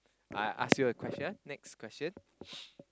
I ask you a question next question